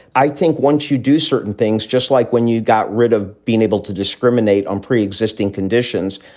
i think once you do certain things, just like when you got rid of being able to discriminate on preexisting conditions,